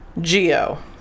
Geo